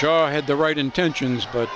char had the right intentions but